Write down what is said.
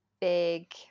Big